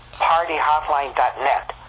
PartyHotline.net